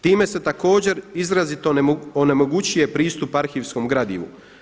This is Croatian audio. Time se također izrazito onemogućuje pristup arhivskom gradivu.